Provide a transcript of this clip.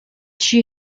she